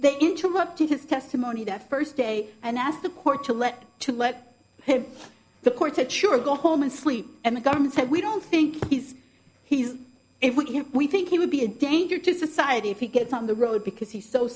they interrupted his testimony that first day and asked the court to let to let the court said sure go home and sleep and the government said we don't think he's he's if we can't we think he would be a danger to society if he gets on the road because he's so